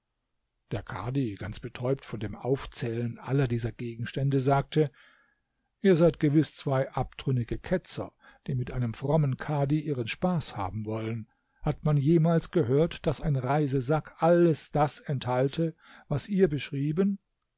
der kadhi ganz betäubt von dem aufzählen aller dieser gegenstände sagte ihr seid gewiß zwei abtrünnige ketzer die mit einem frommen kadhi ihren spaß haben wollen hat man jemals gehört daß ein reisesack alles das enthalte was ihr beschrieben